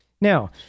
Now